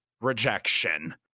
rejection